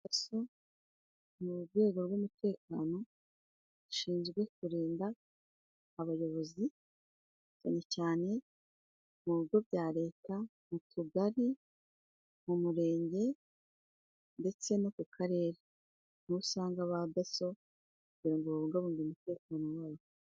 Daso ni urwego rw'umutekano rushinzwe kurinda abayobozi, cyane cyane mu bigo bya Leta, mu tugari, mu murenge, ndetse no ku karere. Aho usanga ba Daso kugira ngo babungabunge umutekano wayo.